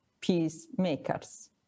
peacemakers